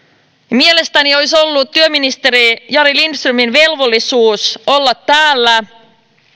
mielestäni olisi ollut työministeri jari lindströmin velvollisuus olla täällä